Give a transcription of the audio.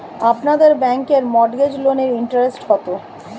আপনাদের ব্যাংকে মর্টগেজ লোনের ইন্টারেস্ট কত?